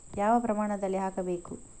ಯಾವ ಪ್ರಮಾಣದಲ್ಲಿ ಹಾಕಬೇಕು?